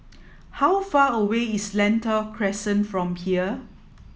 how far away is Lentor Crescent from here